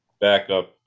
backup